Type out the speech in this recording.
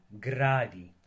gradi